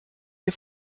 ihr